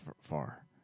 far